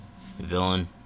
villain